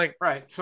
right